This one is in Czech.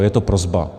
Je to prosba.